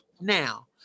Now